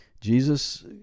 Jesus